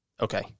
Okay